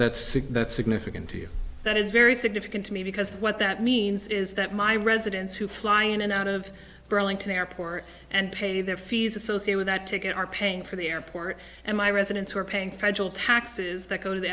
that's significant that is very significant to me because what that means is that my residents who fly in and out of burlington airport and pay their fees associate with that ticket are paying for the airport and my residents who are paying federal taxes that go to the